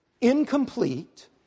incomplete